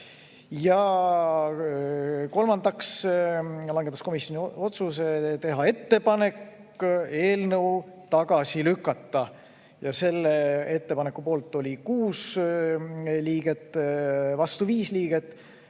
Ja kolmandaks langetas komisjon otsuse teha ettepanek eelnõu tagasi lükata. Selle ettepaneku poolt oli 6 liiget, vastu 5 liiget,